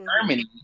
Germany